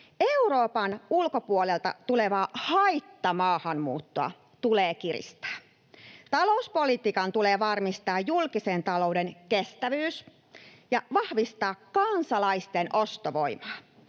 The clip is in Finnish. Euroopan ulkopuolelta tulevaa haittamaahanmuuttoa tulee kiristää. Talouspolitiikan tulee varmistaa julkisen talouden kestävyys ja vahvistaa kansalaisten ostovoimaa.